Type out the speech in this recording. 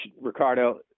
Ricardo